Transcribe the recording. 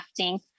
crafting